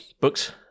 books